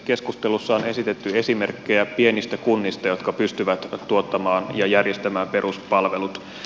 keskustelussa on esitetty esimerkkejä pienistä kunnista jotka pystyvät tuottamaan ja järjestämään peruspalvelut